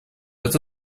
это